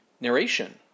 Narration